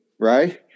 right